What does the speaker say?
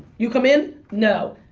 you come in no.